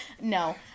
No